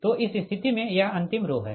तो इस स्थिति में यह अंतिम रो है